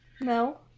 No